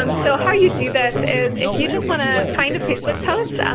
um so how you do this is if you just want to find a facebook post, ah